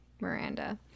Miranda